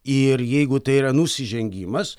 ir jeigu tai yra nusižengimas